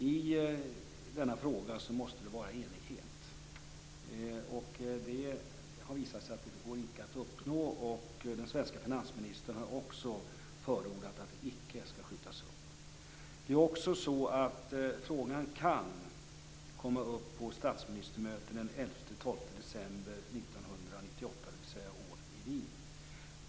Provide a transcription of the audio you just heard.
I denna fråga måste det vara enighet, och det har visat sig att detta icke går att uppnå. Den svenske finansministern har också förordat att det icke skall skjutas upp. Frågan kan också komma upp på statsministermötet den 11-12 december 1998 i Wien.